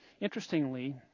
Interestingly